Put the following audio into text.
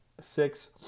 six